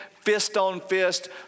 fist-on-fist